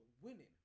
winning